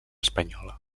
espanyola